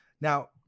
Now